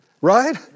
right